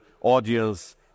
audience